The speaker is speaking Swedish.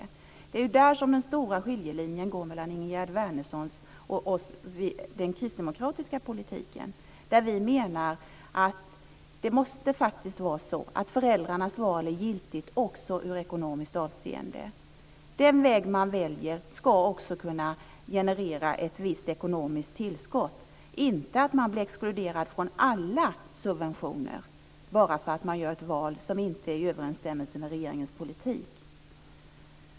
Här går den stora skiljelinjen mellan Ingegerd Föräldrarnas val måste vara giltigt också i ekonomiskt hänseende. Den väg man väljer ska kunna generera ett visst ekonomiskt tillskott. Man ska inte exkluderas från alla subventioner bara för att man gör ett val som inte överensstämmer med regeringens politik.